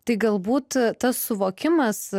tai galbūt tas suvokimas